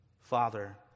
Father